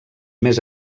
més